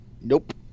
Nope